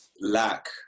lack